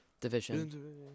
division